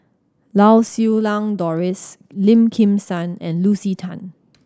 Lau Siew Lang Doris Lim Kim San and Lucy Tan